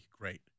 great